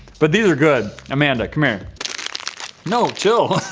but these are good amanda come here no chill